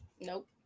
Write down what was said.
nope